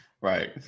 Right